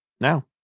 now